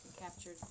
Captured